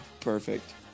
Perfect